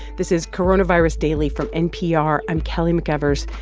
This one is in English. this is coronavirus daily from npr. i'm kelly mcevers.